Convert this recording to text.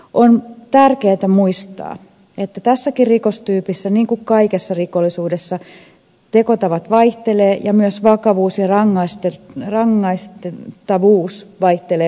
on tärkeätä muistaa että tässäkin rikostyypissä niin kuin kaikessa rikollisuudessa tekotavat vaihtelevat ja myös vakavuus ja rangaistavuus vaihtelevat huomattavasti